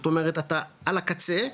זאת אומרת אתה על הקצה,